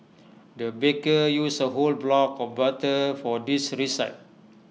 the baker used A whole block of butter for this recipe